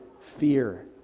fear